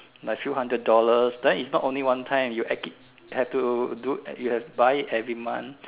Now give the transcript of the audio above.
like few hundred dollars then is not only one time you actua~ have to you have to buy it every month